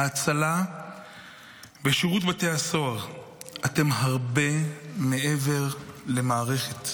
ההצלה ושירות בתי הסוהר אתם הרבה מעבר למערכת,